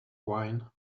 wine